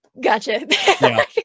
gotcha